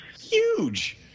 huge